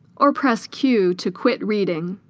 or press q to quit reading